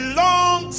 long